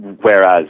Whereas